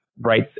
right